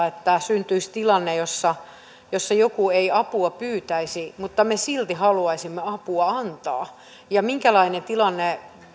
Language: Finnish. että syntyisi tilanne jossa joku ei apua pyytäisi mutta me silti haluaisimme apua antaa minkälainen tällainen tilanne